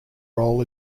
role